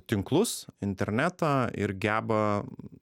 tinklus internetą ir geba